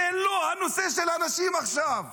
זה לא הנושא של הנשים עכשיו,